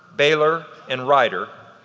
baylor and ryder,